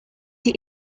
die